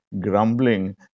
grumbling